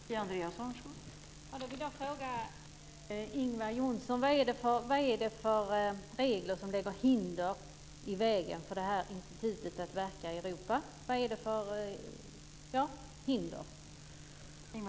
Fru talman! Jag vill fråga Ingvar Johnsson vad det är för regler som lägger hinder i vägen för det här institutets möjlighet att verka i Europa.